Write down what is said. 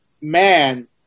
man